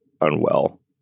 unwell